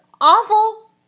awful